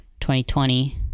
2020